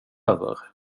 över